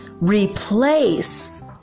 replace